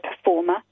performer